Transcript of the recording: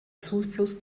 zufluss